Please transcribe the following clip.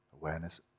awareness